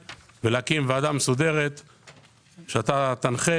ולהקים ועדה מסודרת בהנחייתך.